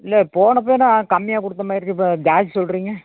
இல்லை போனப்பயணம் கம்மியாக கொடுத்தமாரிருக்கு இப்போ ஜாஸ்தி சொல்கிறீங்க